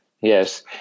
Yes